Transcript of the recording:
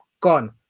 gone